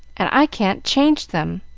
and i can't change them.